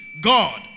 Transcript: God